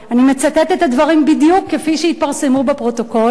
ואני מצטטת את הדברים בדיוק כפי שהתפרסמו בפרוטוקול,